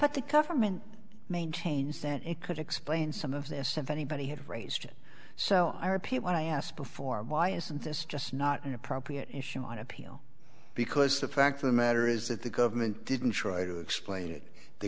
but the government maintains that it could explain some of this since anybody have raised it so i repeat what i asked before why isn't this just not an appropriate issue on appeal because the fact of the matter is that the government didn't try to explain it the